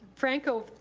franco,